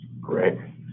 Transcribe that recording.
Great